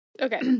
Okay